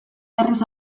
berriz